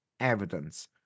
Evidence